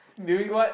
doing what